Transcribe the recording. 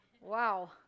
Wow